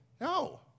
No